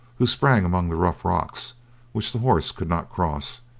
who sprang among the rough rocks which the horse could not cross,